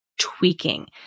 tweaking